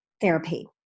therapy